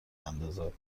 اندازد